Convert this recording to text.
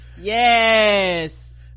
yes